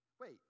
Wait